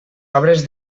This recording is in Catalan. obres